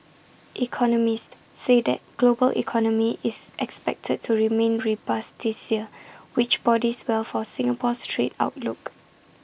economists say that global economy is expected to remain rebus this year which bodies well for Singapore's trade outlook